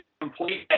complete